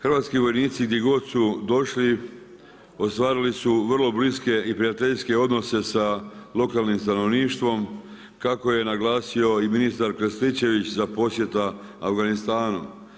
Hrvatski vojnici gdje god su došli ostvarili su vrlo bliske i prijateljske odnose sa lokalnim stanovništvom kako je naglasio i ministar Krstičević za posjeta Afganistanu.